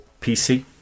PC